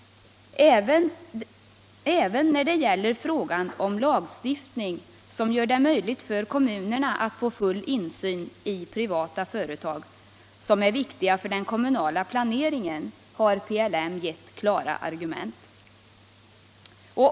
Även när det gäller frågan om lagstiftning som gör det möjligt för kommunerna att få full insyn i privata företag som är viktiga för den kommunala planeringen har PLM gett klara argument.